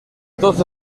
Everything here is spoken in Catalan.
tots